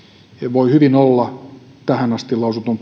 voi hyvin olla tähän asti lausutun